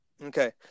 Okay